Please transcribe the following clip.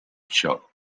show